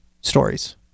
stories